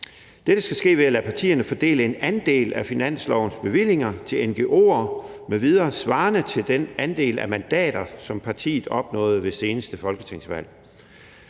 Dette skal ske ved at lade partierne fordele en andel af finanslovens bevillinger til ngo'er m.v. svarende til den andel af mandater, som partiet opnåede ved det seneste folketingsvalg.